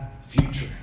future